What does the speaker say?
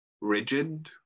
rigid